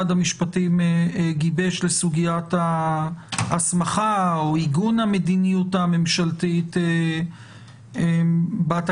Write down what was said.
המשפטים גיבש לסוגיית ההסמכה או עיגון המדיניות הממשלתית בתקנות,